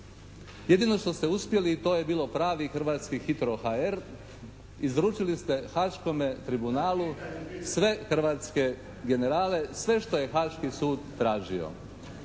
Jedino što ste uspjeli to je bilo pravi hrvatski HITRO.HR. Izručili ste Haškome tribunalu sve hrvatske generale, sve što je Haški sud tražio.